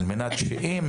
כדי